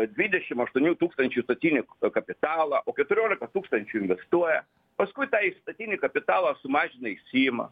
dvidešim aštuonių tūkstančių įstatinį kapitalą o keturiolika tūkstančių investuoja paskui tą įstatinį kapitalą sumažina išsiima